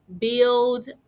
build